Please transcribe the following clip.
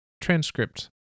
Transcript